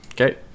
Okay